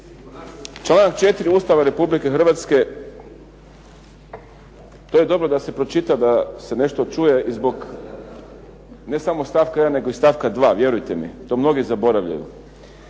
Članak 4. Ustava Republike Hrvatske to je dobro da se pročita i da se nešto čuje ne samo stavka 1. i stavka 2. vjerujte to mnogi zaboravljaju.